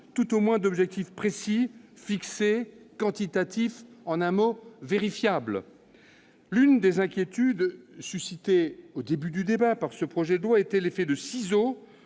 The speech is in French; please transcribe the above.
tout au moins d'objectifs précis, fixés et quantitatifs, en d'autres termes vérifiables. L'une des inquiétudes suscitées initialement par ce projet de loi était l'effet de ciseaux